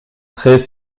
très